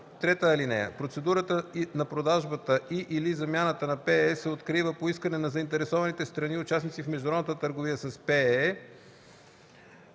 приобретател. (3) Процедурата на продажбата и/или замяната на ПЕЕ се открива по искане на заинтересованите страни – участници в международната търговия с ПЕЕ,